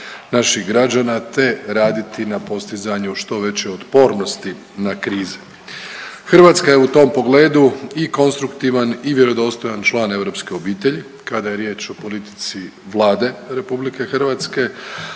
naših građana, te raditi na postizanju što veće otpornosti na krize. Hrvatska je u tom pogledu i konstruktivan i vjerodostojan član europske obitelji kada je riječ o politici Vlade RH,